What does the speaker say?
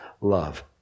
love